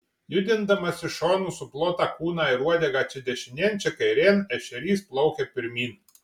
judindamas iš šonų suplotą kūną ir uodegą čia dešinėn čia kairėn ešerys plaukia pirmyn